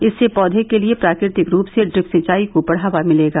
इससे पौधे के लिए प्राकृतिक रूप से ड्रिप सिंचाई को बढावा मिलेगा